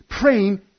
praying